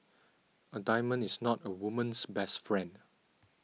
a diamond is not a woman's best friend